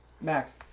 Max